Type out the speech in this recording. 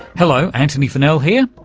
hello, antony funnell here,